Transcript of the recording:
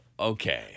Okay